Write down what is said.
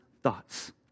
thoughts